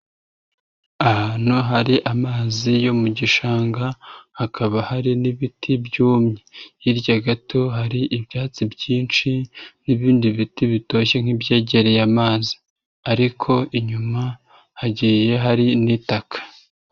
Ahantu hari amazi yo mu gishanga hakaba hari n'ibiti byumye, hirya gato hari ibyatsi byinshi n'ibindi biti bitoshye nk'ibyegereye amazi, ariko inyuma hagiye hari n'itaka.